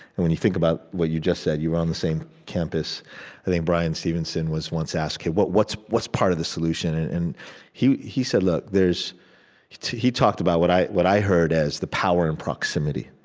and when you think about what you just said you were on the same campus i think bryan stevenson was once asked, what's what's part of the solution? and and he he said, look, there's he talked about what i what i heard as the power in proximity.